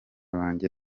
banjye